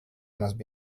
must